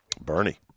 Bernie